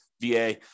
VA